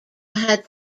had